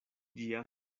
ĝia